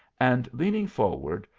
and leaning forward,